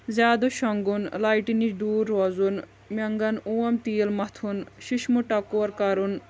زیادٕ شۄنٛگُن لایٹہِ نِش دوٗر روزُن مٮ۪نٛگن اوم تیٖل متھُن ششمہٕ ٹکور کرُن